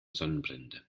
sonnenbrände